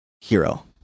hero